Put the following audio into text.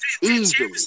Easily